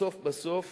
בסוף בסוף